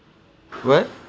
what